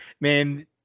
Man